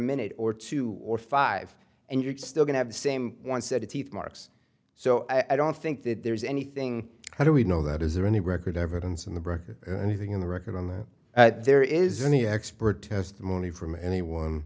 minute or two or five and you're still going to the same one set of teeth marks so i don't think that there's anything how do we know that is there any record evidence in the book or anything in the record on that there is any expert testimony from anyone